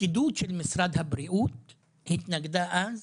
הפקידות של משרד הבריאות התנגדה אז